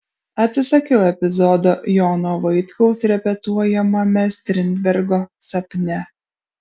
atsisakiau epizodo jono vaitkaus repetuojamame strindbergo sapne